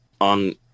on